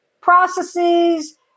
processes